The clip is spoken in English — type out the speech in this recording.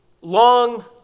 long